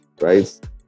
right